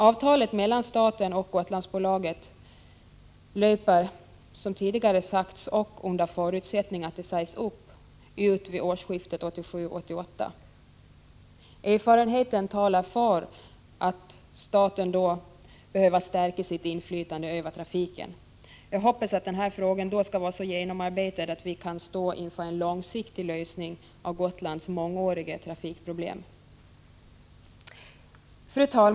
Avtalet mellan staten och Gotlandsbolaget löper ut vid årsskiftet 1987-1988, under förutsättning att det sägs upp. Erfarenheten talar för att staten då behöver stärka sitt inflytande över trafiken. Jag hoppas att den här frågan vid det laget skall vara så genomarbetad att vi står inför en långsiktig lösning av Gotlands mångåriga trafikproblem. Fru talman!